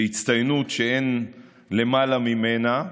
בהצטיינות שאין למעלה ממנה.